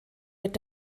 mit